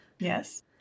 Yes